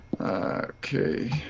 Okay